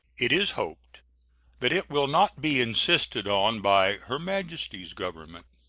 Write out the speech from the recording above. it is hoped that it will not be insisted on by her majesty's government.